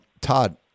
Todd